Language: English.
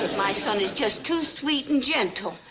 my son is just too sweet and gentle.